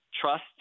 trust